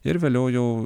ir vėliau jau